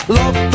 love